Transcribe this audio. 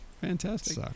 fantastic